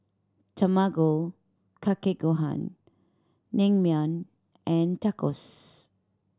Tamago Kake Gohan Naengmyeon and Tacos